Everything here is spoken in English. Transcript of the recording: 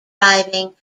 driving